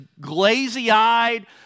glazy-eyed